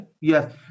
Yes